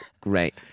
great